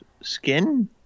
skin